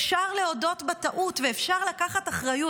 אפשר להודות בטעות ואפשר לקחת אחריות.